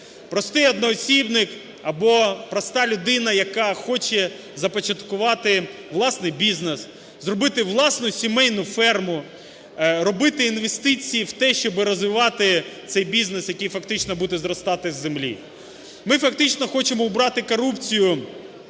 простий одноосібник або проста людина, яка хоче започаткувати власний бізнес, зробити власну сімейну ферму, робити інвестиції в те, щоб розвивати цей бізнес, який фактично буде зростати з землі. Ми фактично хочемо убрати корупцію